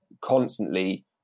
constantly